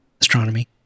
astronomy